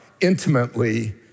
intimately